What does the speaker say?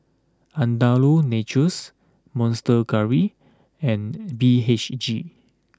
Andalou Naturals Monster Curry and B H G